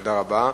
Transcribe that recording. תודה רבה.